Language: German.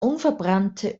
unverbrannte